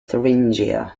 thuringia